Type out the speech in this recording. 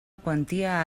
quantia